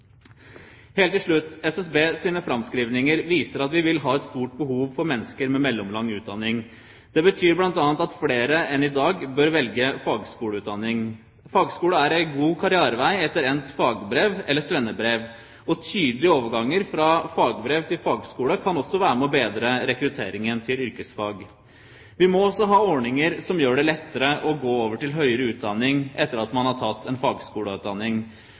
Helt til slutt: SSBs framskrivinger viser at vi vil ha et stort behov for mennesker med mellomlang utdanning. Det betyr bl.a. at flere enn i dag bør velge fagskoleutdanning. Fagskole er en god karrierevei etter endt fagbrev eller svennebrev, og tydelige overganger fra fagbrev til fagskole kan også være med på å bedre rekrutteringen til yrkesfag. Vi må også ha ordninger som gjør det lettere å gå over til høyere utdanning etter at man har tatt en fagskoleutdanning,